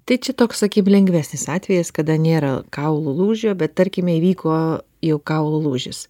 tai čia toks sakib lengvesnis atvejis kada nėra kaulų lūžių bet tarkime įvyko jau kaulų lūžis